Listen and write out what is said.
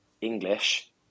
English